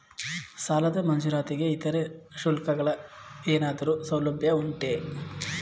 ಸಾಲದ ಮಂಜೂರಾತಿಗೆ ಇತರೆ ಶುಲ್ಕಗಳ ಏನಾದರೂ ಸೌಲಭ್ಯ ಉಂಟೆ?